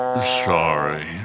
Sorry